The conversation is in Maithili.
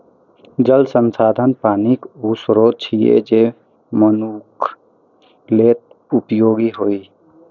जल संसाधन पानिक ऊ स्रोत छियै, जे मनुक्ख लेल उपयोगी होइ